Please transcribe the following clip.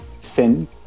thin